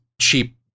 cheap